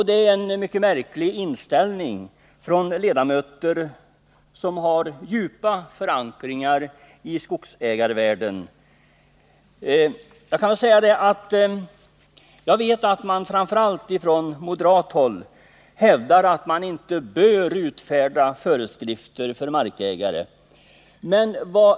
Det är en märklig inställning från ledamöter som har en djup förankring i skogsägarvärlden. Jag vet att man framför allt från moderat håll hävdar att föreskrifter inte bör utfärdas för markägare.